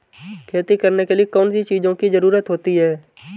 खेती करने के लिए कौनसी चीज़ों की ज़रूरत होती हैं?